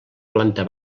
planta